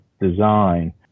design